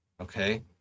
okay